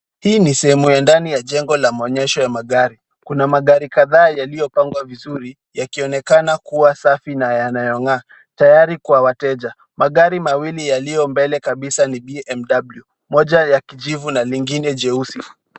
Hii n sehemu ya ndani ya jengo la maonyesho ya magari. Kuna magari kadhaa yaliyopangwa vizuri yakionekana kuwa safi na yanayong'aa tayari kwa wateja. Magari mawili yaliyo mbele kabisa ni BMW, moja la kijivu na lingine jeusi.